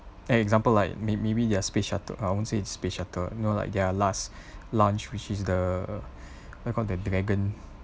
an example like may maybe their space shuttle or I won't say it's space shuttle you know like their last launch which is the what you call the dragon